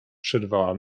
przerwała